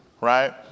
right